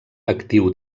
actiu